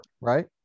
right